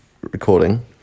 Recording